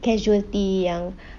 casualty yang